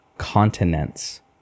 continents